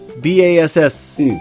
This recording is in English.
B-A-S-S